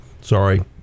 Sorry